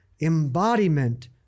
embodiment